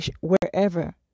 Wherever